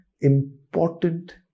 important